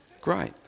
Great